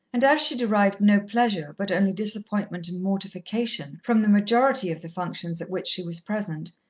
and as she derived no pleasure, but only disappointment and mortification, from the majority of the functions at which she was present,